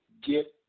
get